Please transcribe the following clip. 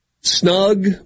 snug